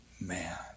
Man